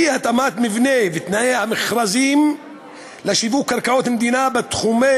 אי-התאמת מבני ותנאי המכרזים לשיווק קרקעות מדינה בתחומי